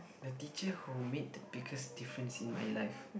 the teacher who made the biggest difference in my life